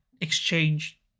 Exchange